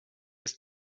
ist